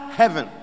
heaven